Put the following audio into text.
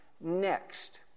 next